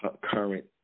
current